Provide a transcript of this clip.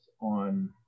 on